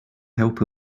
help